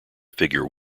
figure